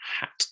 hat